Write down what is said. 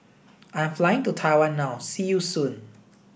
I'm flying to Taiwan now see you soon